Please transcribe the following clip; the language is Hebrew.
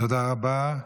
תודה רבה.